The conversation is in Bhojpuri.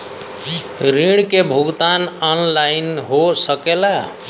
ऋण के भुगतान ऑनलाइन हो सकेला?